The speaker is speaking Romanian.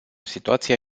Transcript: situația